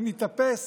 אם ניתפס,